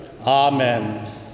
amen